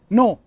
no